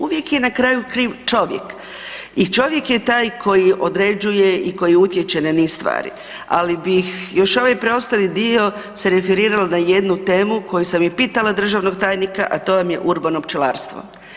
Uvijek je na kraju kriv čovjek i čovjek je taj koji određuje i koji utječe na niz stvari ali bih još ovaj preostali dio se referirala na jednu temu koju sam i pitala državnog tajnika a to vam je urbano pčelarstvo.